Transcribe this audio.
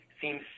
seems